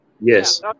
yes